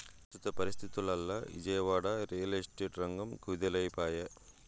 పెస్తుత పరిస్తితుల్ల Vijayawada, real estate రంగం కుదేలై పాయె